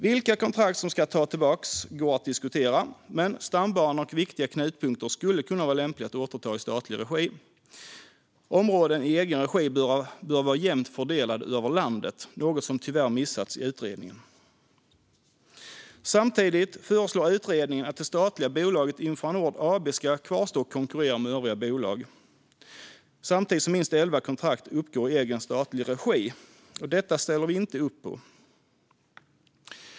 Vilka kontrakt som ska tas tillbaka går att diskutera, men stambanor och viktiga knutpunkter skulle kunna vara lämpliga att återta i statlig regi. Områden i egen regi bör vara jämnt fördelade över landet, något som tyvärr missats i utredningen. Utredningen föreslår att det statliga bolaget Infranord AB ska kvarstå och konkurrera med övriga bolag, samtidigt som minst elva kontrakt dessutom uppgår i egen statlig regi. Detta ställer vi inte upp på.